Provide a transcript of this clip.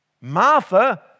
Martha